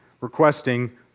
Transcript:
requesting